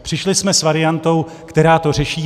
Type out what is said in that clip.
Přišli jsme s variantou, která to řeší.